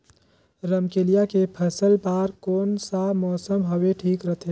रमकेलिया के फसल बार कोन सा मौसम हवे ठीक रथे?